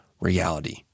reality